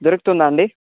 దొరుకుతుందా అండి